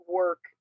work